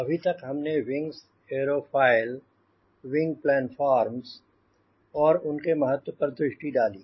अभी तक हमने विंग्स एयरोफॉयल विंग प्लानफॉर्म और उनके महत्व पर दृष्टि डाली